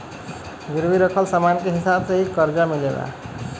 गिरवी रखल समान के हिसाब से ही करजा मिलेला